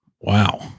Wow